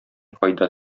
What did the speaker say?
файда